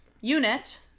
unit